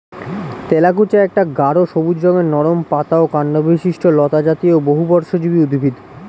তেলাকুচা একটা গাঢ় সবুজ রঙের নরম পাতা ও কাণ্ডবিশিষ্ট লতাজাতীয় বহুবর্ষজীবী উদ্ভিদ